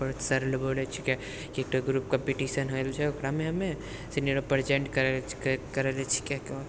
पर sir बोलै छिकैरऽ कि एकटा ग्रुप कम्पिटिशन होइलए छै ओकरामे हमे सीनियरके प्रेजेन्ट करैलए छिकै